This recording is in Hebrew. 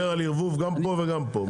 הוא דיבר על ייבוא גם פה וגם פה.